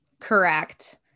Correct